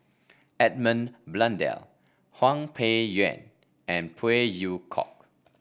Edmund Blundell Hwang Peng Yuan and Phey Yew Kok